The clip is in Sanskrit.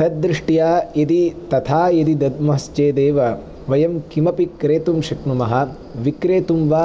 तद्दृष्ट्या यदि तथा यदि दद्मश्चेदेव वयं किमपि क्रेतुं शक्नुमः विक्रेतुं वा